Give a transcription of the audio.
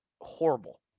Horrible